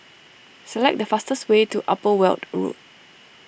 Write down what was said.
select the fastest way to Upper Weld Road